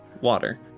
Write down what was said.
water